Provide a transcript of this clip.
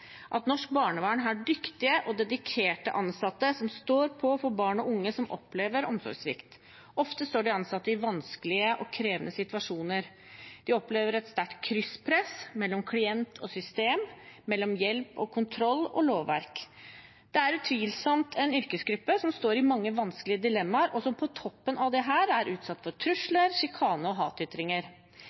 at norsk barnevern har dyktige og dedikerte ansatte som står på for barn og unge som opplever omsorgssvikt. Ofte står de ansatte i vanskelige og krevende situasjoner. De opplever et sterkt krysspress mellom klient og system og mellom hjelp og kontroll og lovverk. Det er utvilsomt en yrkesgruppe som står i mange vanskelige dilemmaer, og som på toppen av dette er utsatt for trusler, sjikane og hatytringer.